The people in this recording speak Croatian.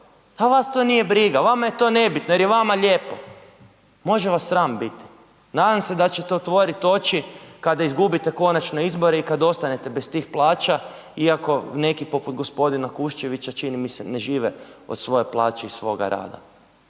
A vas to nije briga, vama je to nebitno jer je vama lijepo. Može vas sram biti. Nadam se da ćete otvoriti oči kada izgubite konačno izbore i kada ostanete bez tih plaća iako neki poput gospodina Kuščevića čini mi se ne žive od svoje plaće i svoga rada,